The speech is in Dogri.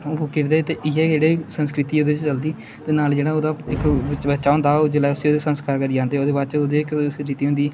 ओह् फूक्की ओड़दे ते इ'यै जेह्ड़े संस्कृति ओह्दे च चलदी ते नाल जेह्ड़ा ओह्दा इक बच बच्चा होंदा ओह् जेल्लै उस्सी ओह्दे संस्कार करियै औंदे ओह्दे बाद च ओह्दे इक दो रीति होंदी